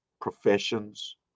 professions